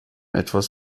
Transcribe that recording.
etwas